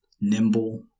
nimble